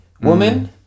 woman